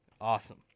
Awesome